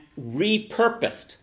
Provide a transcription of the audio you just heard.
repurposed